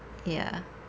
ya